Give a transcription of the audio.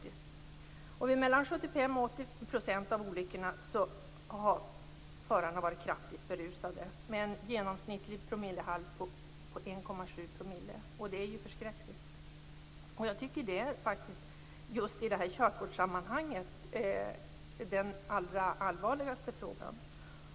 I mellan 75 % och 80 % av olyckorna har förarna varit kraftigt berusade, med en genomsnittlig promillehalt på 1,7 %. Det är ju förskräckligt. Jag tycker att det just i det här körkortssammanhanget är den allra allvarligaste frågan.